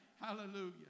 Hallelujah